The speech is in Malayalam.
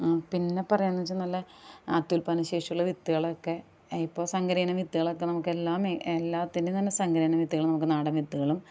പിന്നെ പറയുന്നതെന്ന് വെച്ചാൽ നല്ല അത്യുൽപ്പാദനശേഷിയുള്ള വിത്തുകളൊക്കെ ഇപ്പോൾ സങ്കരയിന വിത്തുകളൊക്കെ നമുക്ക് എല്ലാ മെ എല്ലാത്തിൻ്റയും തന്നെ സങ്കരയിന വിത്തുകളൊക്കെ നമുക്ക് നാടൻ വിത്തുകളും